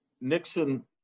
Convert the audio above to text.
Nixon